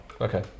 Okay